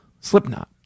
Slipknot